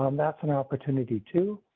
um that's an opportunity to,